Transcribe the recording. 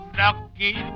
lucky